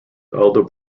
elder